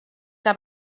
que